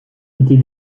était